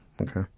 okay